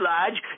Lodge